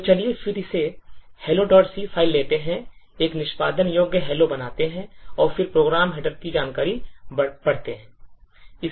तो चलिए फिर से helloc फाइल लेते हैं एक निष्पादन योग्य हेल्लो बनाते हैं और फिर प्रोग्राम हेडर की जानकारी पढ़ते हैं